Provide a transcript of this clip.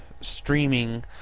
streaming